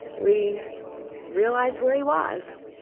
we realized where he was